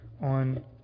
on